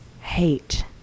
hate